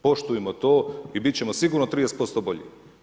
Poštujmo to i biti ćemo sigurno 30% bolji.